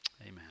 Amen